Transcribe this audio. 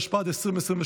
התשפ"ד 2023,